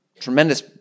tremendous